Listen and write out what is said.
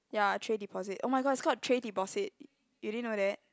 ya tray deposit oh-my-gosh it's called tray deposit you didn't know that